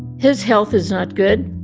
his health is not good,